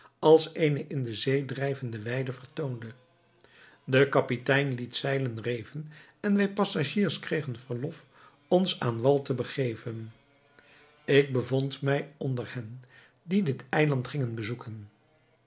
als eene in de zee drijvende weide vertoonde de kapitein liet zeilen reven en wij passagiers kregen verlof ons aan wal te begeven ik bevond mij onder hen die dit eiland gingen bezoeken